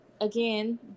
again